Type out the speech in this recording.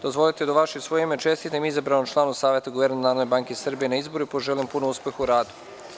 Dozvolite da u vaše i svoje ime čestitam izabranom članu Saveta guvernera Narodne banke Srbije na izboru i poželim mu puno uspeha u radu.